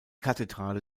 kathedrale